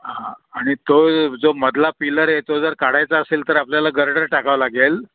हां आणि तो जो मधला पिलर आहे तो जर काढायचा असेल तर आपल्याला गरडर टाकावं लागेल